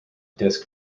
disk